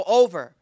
over